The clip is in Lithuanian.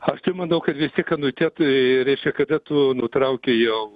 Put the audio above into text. aš tai manau kad vis tiek anuitetui reiškia kada tu nutrauki jo